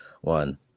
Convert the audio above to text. one